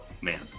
Man